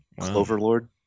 Overlord